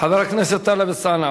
חבר הכנסת טלב אלסאנע.